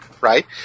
right